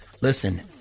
Listen